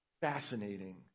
fascinating